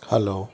hello